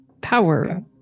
power